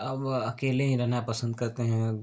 अब अकेले ही रहना पसंद करते हैं